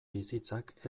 bizitzak